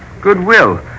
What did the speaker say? Goodwill